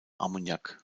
ammoniak